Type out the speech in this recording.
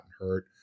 hurt